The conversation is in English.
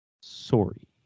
Sorry